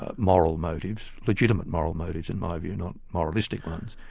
ah moral motives, legitimate moral motives in my view, not moralistic ones.